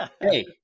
hey